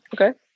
Okay